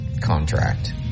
contract